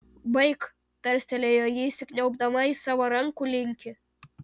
baik tarstelėjo ji įsikniaubdama į savo rankų linkį